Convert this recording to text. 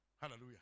Hallelujah